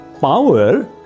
power